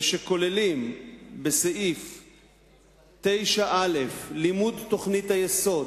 וכוללים בסעיף 9(א) לימוד תוכנית היסוד